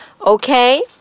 Okay